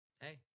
hey